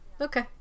Okay